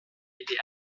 été